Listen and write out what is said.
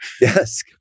Yes